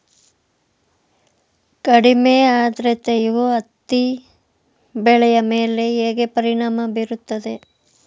ಕಡಿಮೆ ಆದ್ರತೆಯು ಹತ್ತಿ ಬೆಳೆಯ ಮೇಲೆ ಹೇಗೆ ಪರಿಣಾಮ ಬೀರುತ್ತದೆ?